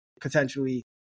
potentially